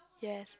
yes